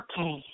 Okay